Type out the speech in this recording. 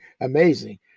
amazing